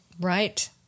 Right